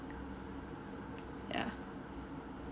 yeah